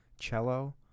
cello